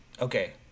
Okay